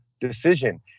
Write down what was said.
decision